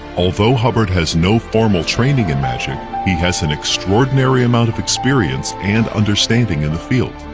although hubbard has no formal training in magic, he has an extraordinary amount of experience and understanding in the field.